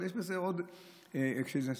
אבל יש עוד אלמנטים,